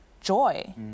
joy